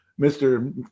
Mr